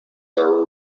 are